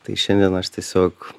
tai šiandien aš tiesiog